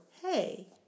hey